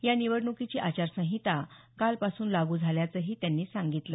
या निवडणुकीची आचारसंहिता कालपासून लागू झाल्याचंही त्यांनी सांगितलं